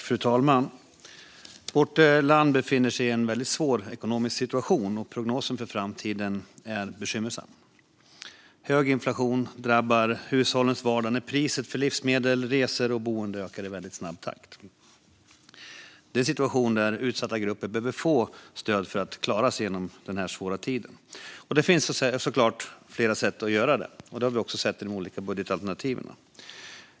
Fru talman! Vårt land befinner sig i en svår ekonomisk situation, och prognosen för framtiden är bekymmersam. Hög inflation drabbar hushållens vardag när priset för livsmedel, resor och boende ökar i snabb takt. Det är en situation där utsatta grupper behöver få stöd för att klara sig igenom denna svåra tid. Det finns såklart flera sätt att göra detta, som vi har sett i de olika budgetalternativen.